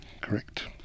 Correct